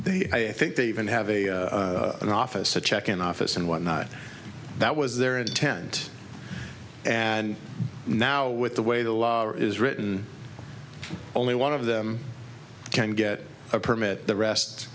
think they even have a an office a check an office and what not that was their intent and now with the way the law is written only one of them can get a permit the rest